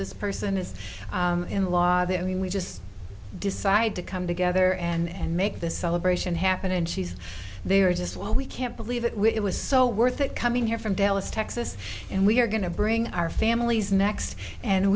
this person is in law that i mean we just decide to come together and make this celebration happen and she's they are just well we can't believe it when it was so worth it coming here from dallas texas and we're going to bring our families next and